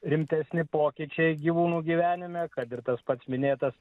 rimtesni pokyčiai gyvūnų gyvenime kad ir tas pats minėtas